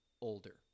older